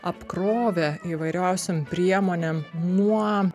apkrovę įvairiausiom priemonėm nuo